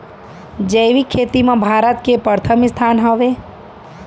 जैविक खेती मा भारत के परथम स्थान हवे